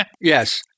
Yes